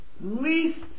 least